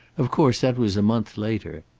of course, that was a month later.